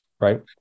right